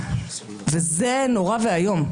וזה נורא ואיום.